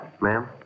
Ma'am